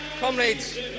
Comrades